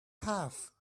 have